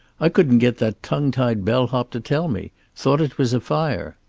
i couldn't get that tongue-tied bell-hop to tell me. thought it was a fire.